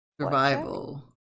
Survival